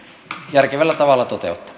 järkevällä tavalla toteuttamaan